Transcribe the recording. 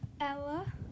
Ella